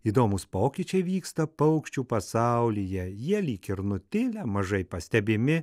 įdomūs pokyčiai vyksta paukščių pasaulyje jie lyg ir nutilę mažai pastebimi